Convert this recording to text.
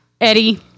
Eddie